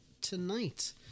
tonight